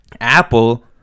apple